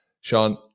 sean